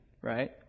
right